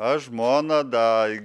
aš žmona da